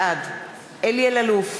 בעד אלי אלאלוף,